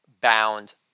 Bound